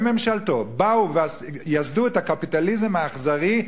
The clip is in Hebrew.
כאשר נתניהו וממשלתו באו ויסדו את הקפיטליזם האכזרי,